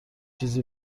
چیز